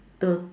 the